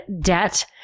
debt